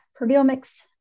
proteomics